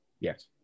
Yes